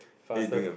faster